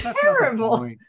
terrible